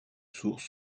source